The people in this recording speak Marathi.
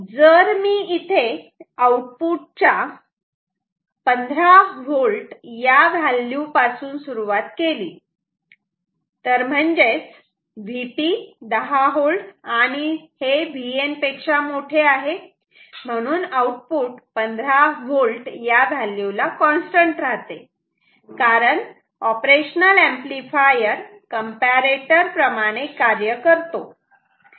जर मी इथे आउटपुट च्या 15V या व्हॅल्यू पासून सुरुवात केली तर म्हणजेच Vp 10V आणि हे Vn पेक्षा मोठे आहे म्हणून आउटपुट 15V या व्हॅल्यू ला कॉन्स्टंट राहते कारण ऑपरेशनल ऍम्प्लिफायर कंप्यारेटर प्रमाणे कार्य करतो